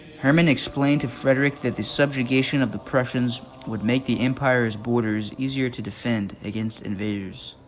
herman explained to frederick that the subjugation of the prussians would make the empire's borders easier to defend against invaders